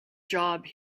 job